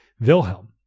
Wilhelm